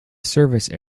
service